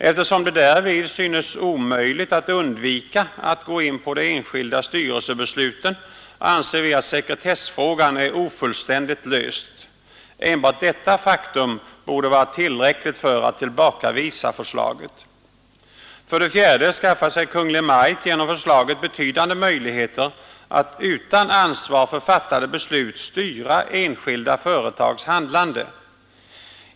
Eftersom det därvid synes omöjligt att undvika att gå in på de enskilda styrelsebesluten, anser vi att sekretessfrågan är ofullständigt löst. Enbart detta faktum torde vara tillräckligt för att tillbakavisa förslaget. För det fjärde skaffar sig Kungl. Maj:t genom förslaget betydande möjligheter att utan ansvar för fattade beslut styra enskilda företags handlande.